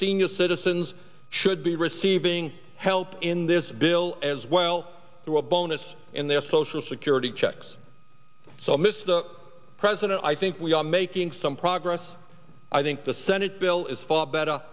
senior citizens should be receiving help in this bill as well through a bonus in their social security checks so mr president i think we are making some progress i think the senate bill is far better